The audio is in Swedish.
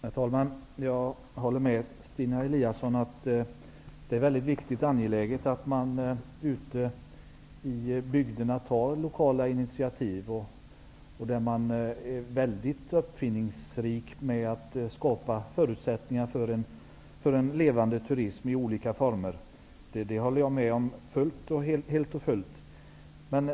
Herr talman! Jag håller med Stina Eliasson om att det är viktigt och angeläget att man ute i bygderna tar lokala initiativ och att man är uppfinningsrik när det gäller att skapa förutsättningar för en levande turism i olika former. Det håller jag med om, helt och fullt.